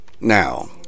Now